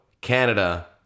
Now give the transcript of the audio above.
Canada